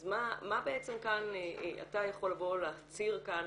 אז מה בעצם כאן אתה יכול לבוא ולהצהיר כאן,